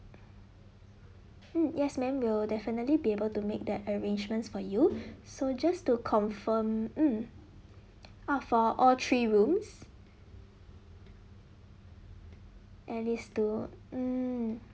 mm yes ma'am we'll definitely be able to make the arrangements for you so just to confirm mm uh for all three rooms at least two mm